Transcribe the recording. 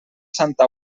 santa